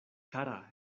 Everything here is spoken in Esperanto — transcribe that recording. kara